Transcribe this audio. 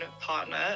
partner